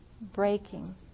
breaking